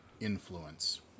influence